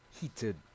heated